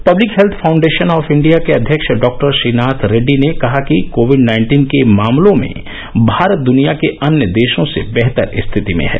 public health foundation of India के अध्यक्ष doctor Srinath Reddy ने कहा कि कोविड नाइन्टीन के मामलों में भारत दुनिया के अन्य देशों से बेहतर रिथति में है